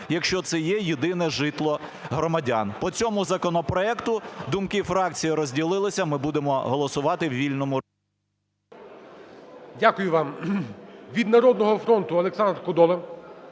якщо це є єдине житло громадян. По цьому законопроекту думки фракції розділилися, ми будемо голосувати в вільному… ГОЛОВУЮЧИЙ. Дякую вам. Від "Народного фронту" Олександр Кодола.